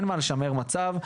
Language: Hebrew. אין מה לשמר מצב,